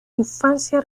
infancia